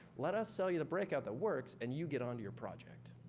let us sell you the breakout that works and you get on to your project.